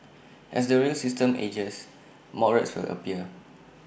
as the rail system ages more rats will appear